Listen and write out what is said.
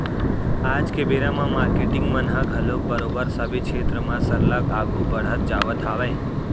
आज के बेरा म मारकेटिंग मन ह घलोक बरोबर सबे छेत्र म सरलग आघू बड़हत जावत हावय